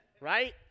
right